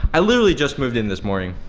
i literally just moved in this morning.